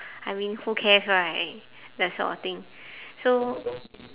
I mean who cares right that sort of thing so